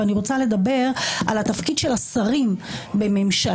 ואני רוצה לדבר על התפקיד של השרים בממשלה,